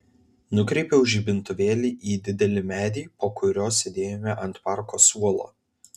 nukreipiau žibintuvėlį į didelį medį po kuriuo sėdėjome ant parko suolo